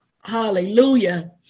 Hallelujah